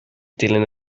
ddilyn